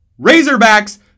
Razorbacks